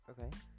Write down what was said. Okay